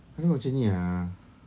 I nak buat macam ni ah